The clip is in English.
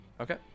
okay